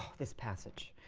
this passage!